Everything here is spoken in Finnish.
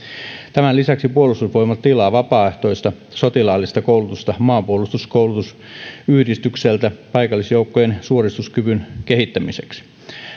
tämän lisäksi puolustusvoimat tilaa vapaaehtoista sotilaallista koulutusta maanpuolustuskoulutusyhdistykseltä paikallisjoukkojen suorituskyvyn kehittämiseksi